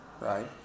right